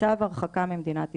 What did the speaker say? צו הרחקה ממדינת ישראל.